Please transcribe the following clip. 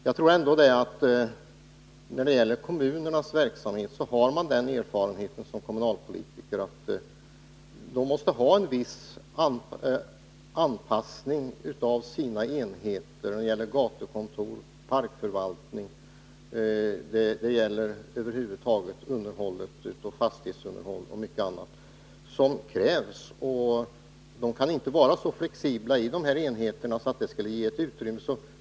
Jag tror ändå att kommunalpolitikerna har den erfarenheten att man måste ha en viss anpassning av sina enheter när det gäller gatukontor, parkförvaltning, fastighetsunderhåll och mycket annat. Man kan i dessa enheter inte vara så flexibel.